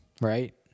right